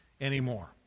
anymore